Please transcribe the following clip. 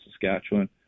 Saskatchewan